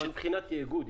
אבל מבחינת תאגוד?